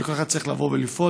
שכל אחד צריך לבוא ולפעול,